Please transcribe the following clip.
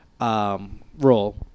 role